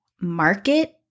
market